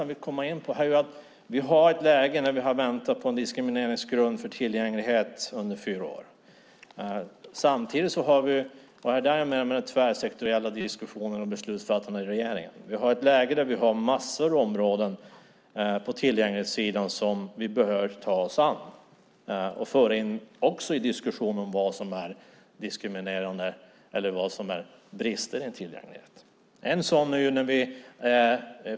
Vi har i fyra år väntat på en diskrimineringsgrund för tillgänglighet. Samtidigt bör man ha tvärsektoriella diskussioner och beslutsfattande i regeringen. Det är många områden på tillgänglighetssidan som vi behöver ta oss an och föra in i diskussionen om vad som är diskriminerande eller brister i tillgänglighet.